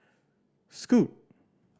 scoot